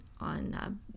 on